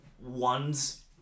ones